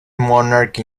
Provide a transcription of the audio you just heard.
monarch